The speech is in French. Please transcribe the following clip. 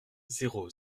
zéro